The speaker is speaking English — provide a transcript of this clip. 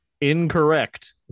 Incorrect